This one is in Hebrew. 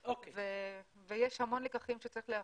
יש המון לקחים שצריך להפיק,